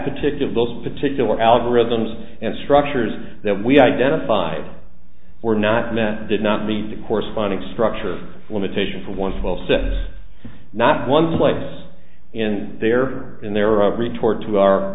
particular those particular algorithms and structures that we identified were not met did not meet the corresponding structure limitation for one full sets not one place in there and there of retort to our